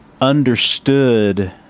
understood